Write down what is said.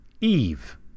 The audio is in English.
Eve